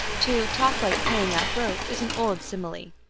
to talk like paying out rope is an old simile.